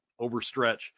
overstretch